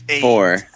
Four